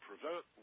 prevent